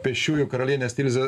pėsčiųjų karalienės tilzė